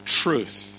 truth